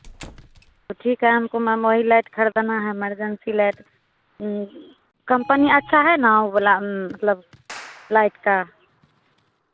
तो ठीक है हमको इमरजेंसी लाइट खरीदना है इमरजेंसी लाइट कम्पनी अच्छा है न वो वाला मतलब लाइट का